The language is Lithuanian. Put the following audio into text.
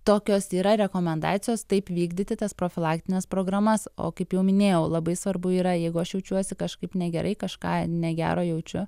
tokios yra rekomendacijos taip vykdyti tas profilaktines programas o kaip jau minėjau labai svarbu yra jeigu aš jaučiuosi kažkaip negerai kažką negero jaučiu